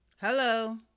Hello